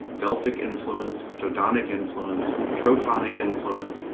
delphic influence, dodonic influence, trophonic influence,